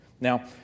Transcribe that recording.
Now